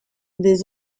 des